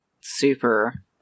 super